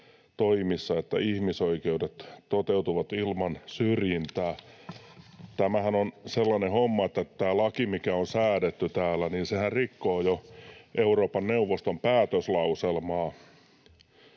toimissa, että ihmisoikeudet toteutuvat ilman syrjintää.” Tämähän on sellainen homma, että tämä laki, mikä on säädetty täällä, sehän rikkoo jo Euroopan neuvoston päätöslauselmaa